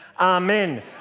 amen